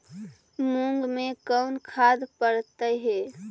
मुंग मे कोन खाद पड़तै है?